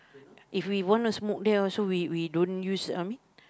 if we want to smoke there also we we don't use I mean